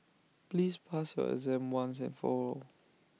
please pass your exam once and for all